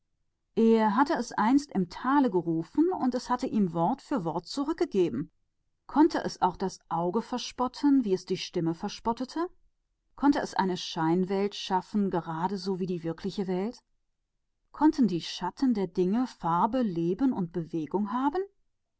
er hatte einmal im tale nach ihm gerufen und es war wort für wort zurückgetönt konnte es das auge täuschen wie das ohr konnte es eine welt des scheines schaffen die der wirklichen welt ganz gleich war konnten die schatten der dinge farbe haben und leben und